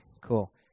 cool